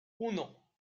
uno